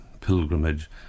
pilgrimage